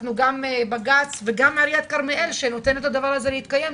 גם בג"ץ וגם עיריית כרמיאל שנותנת לדבר הזה להתקיים,